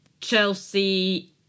Chelsea